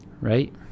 Right